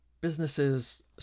businesses